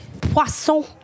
poisson